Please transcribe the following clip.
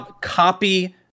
copy